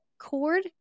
cord